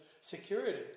security